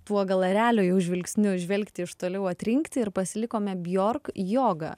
tuo gal erelio jau žvilgsniu žvelgti iš toliau atrinkti ir pasilikome bjork yoga